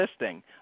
listing